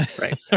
right